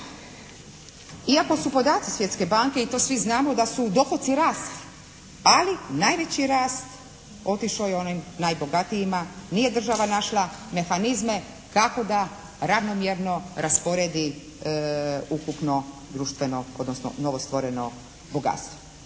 Iako su podaci Svjetske banke, i to svi znamo da su dohoci rasli, ali najveći rast otišao je onima najbogatijima, nije država našla mehanizme kako da ravnomjerno rasporedi ukupno društveno, odnosno novostvoreno bogatstvo.